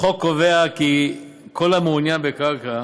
החוק קובע כי כל המעוניין בקרקע,